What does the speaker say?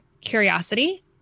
curiosity